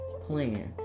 plans